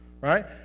right